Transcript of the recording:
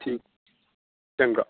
ਠੀਕ ਚੰਗਾ